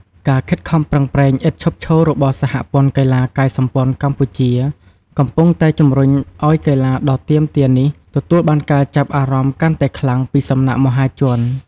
ការខិតខំប្រឹងប្រែងឥតឈប់ឈររបស់ សហព័ន្ធកីឡាកាយសម្ព័ន្ធកម្ពុជា កំពុងតែជំរុញឱ្យកីឡាដ៏ទាមទារនេះទទួលបានការចាប់អារម្មណ៍កាន់តែខ្លាំងពីសំណាក់មហាជន។